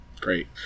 Great